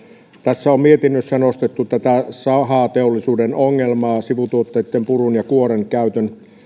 tässä mietinnössä on nostettu tätä sahateollisuuden ongelmaa sivutuotteitten eli purun ja kuoren käytön